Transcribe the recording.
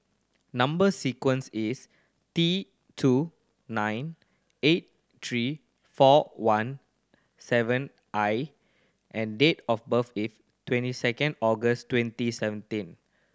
number sequence is T two nine eight three four one seven I and date of birth is twenty second August twenty seventeen